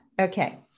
okay